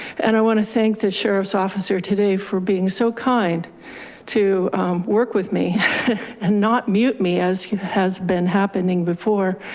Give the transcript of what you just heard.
and i wanna thank the sheriff's officer today for being so kind to work with me and not mute me as has been happening before.